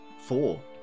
Four